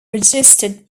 registered